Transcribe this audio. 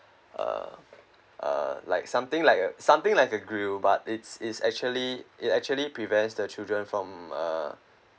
uh uh like something like a something like a grill but its its actually it actually prevents the children from uh